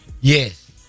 Yes